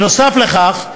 נוסף על כך,